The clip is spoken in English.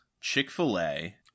chick-fil-a